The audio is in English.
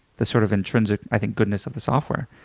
the sort of intrinsic i think goodness of the software,